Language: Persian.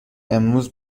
امروز